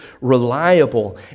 reliable